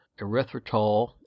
erythritol